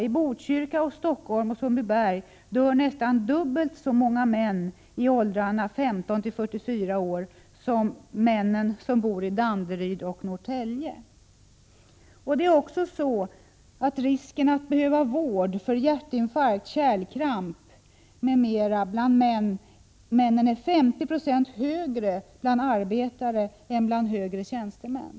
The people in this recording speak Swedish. I Botkyrka, Stockholm och Sundbyberg dör nästan dubbelt så många män i åldrarna 15-44 år som motsvarande åldersgrupper bland männen i Danderyd och Norrtälje. Risken för att behöva vård för hjärtinfarkt, kärlkramp m.m. hos män är 50 96 högre bland arbetare än bland högre tjänstemän.